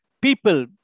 people